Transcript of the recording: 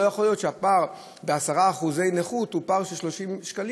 לא יכול להיות שהפער ב-10% נכות הוא פער של 30 שקלים,